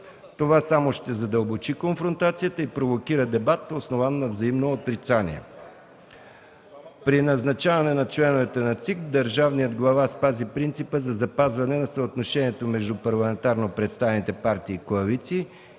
Това само ще задълбочи конфронтацията и провокира дебат, основан на взаимно отрицание. При назначаване на членовете на ЦИК държавният глава спази принципа за запазване на съотношението между парламентарно представените партии и коалиции